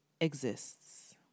exists